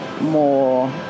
more